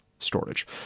Storage